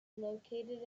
located